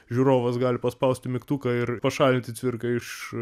žiūrovas gali paspausti mygtuką ir pašalinti cvirką iš